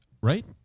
right